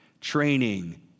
training